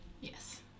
Yes